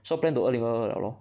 so plan to 二零二二 liao lor